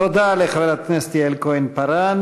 תודה לחברת הכנסת יעל כהן-פארן.